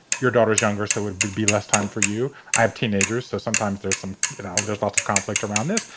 your daughter's younger. so would it be less time for you? i have teenagers. so sometimes there's some know there's lots of conflict around this.